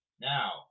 Now